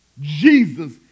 Jesus